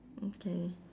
okay